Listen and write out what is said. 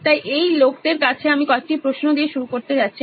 তাই এই লোকদের কাছে আমি কয়েকটি প্রশ্ন দিয়ে শুরু করতে যাচ্ছি